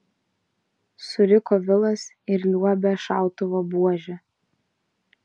suriko vilas ir liuobė šautuvo buože